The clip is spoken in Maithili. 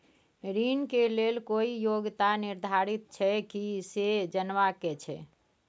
ऋण के लेल कोई योग्यता निर्धारित छै की से जनबा के छै?